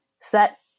Set